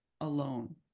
alone